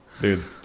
Dude